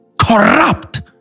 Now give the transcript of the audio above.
Corrupt